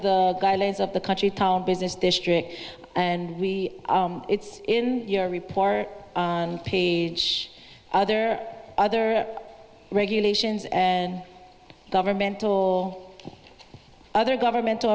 the guidelines of the country town business district and we in your report page other other regulations and governmental other governmental